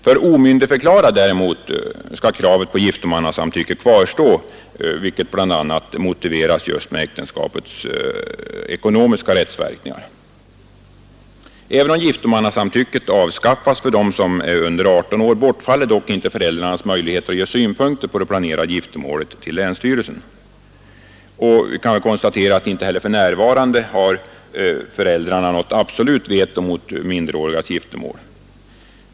För omyndigförklarad skall däremot kravet på giftomannasamtycke kvarstå, vilket bl.a. motiveras just med äktenskapets ekonomiska rättsverkningar. Även om giftomannasamtycket avskaffas för dem som är under 18 år bortfaller dock inte föräldrarnas möjligheter att ge synpunkter till länsstyrelsen på det planerade giftermålet. Vi kan väl konstatera att föräldrarna inte heller för närvarande har något absolut veto mot underårigas giftermål.